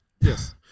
Yes